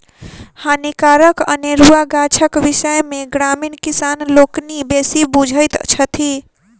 हानिकारक अनेरुआ गाछक विषय मे ग्रामीण किसान लोकनि बेसी बुझैत छथि